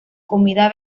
comida